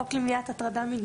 החוק למניעת הטרדה מינית,